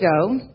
go